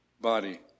body